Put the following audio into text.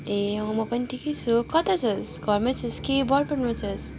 ए अँ म पनि ठिकै छु कता छस् घरमै छेस् कि बरपेनमा छस्